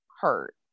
hurt